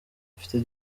mufite